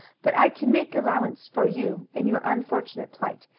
but i can make allowance for you in your unfortunate plight,